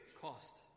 cost